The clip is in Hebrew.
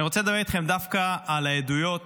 אני רוצה לדבר איתכם דווקא על העדויות